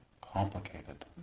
complicated